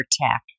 tech